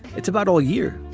it's about all year.